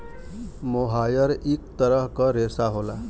मोहायर इक तरह क रेशा होला